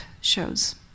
shows